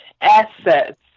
assets